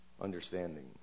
understanding